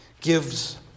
gives